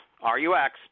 R-U-X